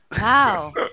wow